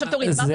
זה,